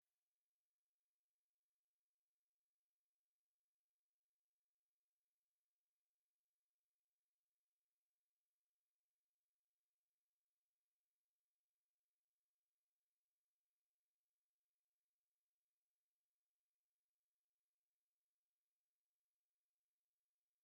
Abagabo bambaye imyenda ya siporo bari muri sitade bari kureba umupira.